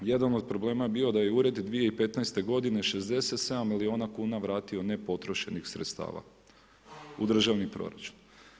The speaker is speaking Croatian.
Jedan od problema je bio da je ured 2015. godine 67 milijuna kuna vratio nepotrošenih sredstava u državni proračun.